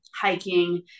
hiking